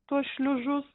tuos šliužus